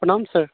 प्रणाम सर